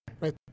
Right